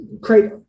create